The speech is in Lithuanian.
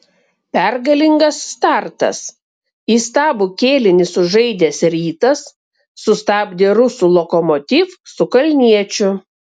pergalingas startas įstabų kėlinį sužaidęs rytas sustabdė rusų lokomotiv su kalniečiu